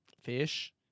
fish